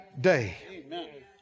day